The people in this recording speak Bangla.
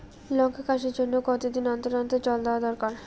লঙ্কা চাষের জন্যে কতদিন অন্তর অন্তর জল দেওয়া দরকার?